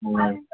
हय